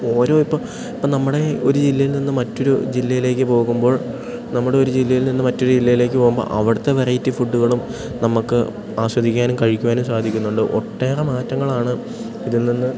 ഓരോ ഇപ്പം ഇപ്പം നമ്മടെ ഒരു ജില്ലയിൽ നിന്ന് മറ്റൊരു ജില്ലയിലേക്ക് പോകുമ്പോൾ നമ്മുടെ ഒരു ജില്ലയിൽ നിന്ന് മറ്റൊരു ജില്ലയിലേക്കു പോകുമ്പോൾ അവിടുത്തെ വെറൈറ്റി ഫുഡ്ഡുകളും നമുക്ക് ആസ്വദിക്കാനും കഴിക്കുവാനും സാധിക്കുന്നുണ്ട് ഒട്ടേറെ മാറ്റങ്ങളാണ് ഇതിൽ നിന്ന്